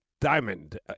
Diamond